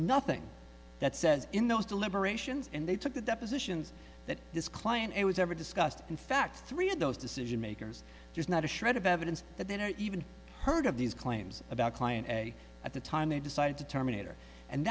nothing that says in those deliberations and they took the depositions that this client it was never discussed in fact three of those decision makers there's not a shred of evidence that they don't even heard of these claims about client at the time they decided to terminate her and